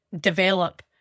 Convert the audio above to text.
develop